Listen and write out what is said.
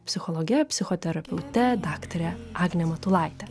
psichologe psichoterapeute daktare agne matulaite